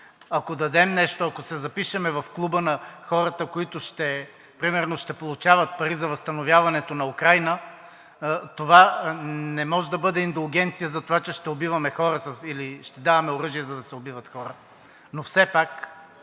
ако дадем нещо, ако се запишем в клуба на хората, които примерно ще получават пари за възстановяването на Украйна, това не може да бъде индулгенция за това, че ще убиваме хора или ще даваме оръжие, за да се убиват хора. Но все пак,